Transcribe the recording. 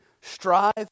strive